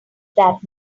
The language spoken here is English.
that